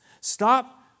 Stop